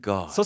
God